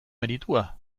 meritua